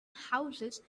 houses